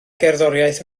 gerddoriaeth